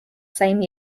same